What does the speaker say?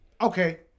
okay